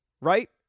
Right